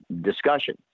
discussion